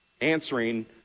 answering